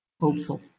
hopeful